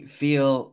feel